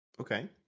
Okay